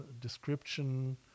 description